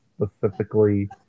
specifically